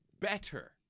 better